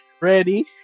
ready